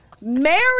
Mary